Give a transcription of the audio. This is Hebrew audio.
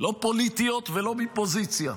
לא פוליטיות ולא מפוזיציה.